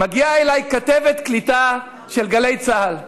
מגיעה אליי כתבת קליטה של גלי צה"ל.